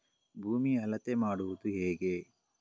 ಭೂಮಿಯ ಅಳತೆ ಮಾಡುವುದು ಹೇಗೆ?